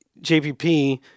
JPP